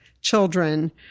children